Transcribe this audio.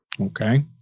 Okay